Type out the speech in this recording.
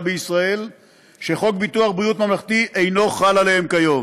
בישראל שחוק ביטוח בריאות ממלכתי אינו חל עליהם כיום.